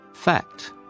Fact